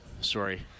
Sorry